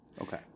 Okay